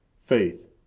faith